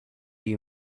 you